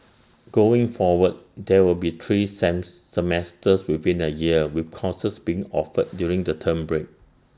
going forward there will be three Sam semesters within A year with courses being offered during the term break